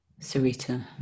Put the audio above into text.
Sarita